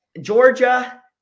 Georgia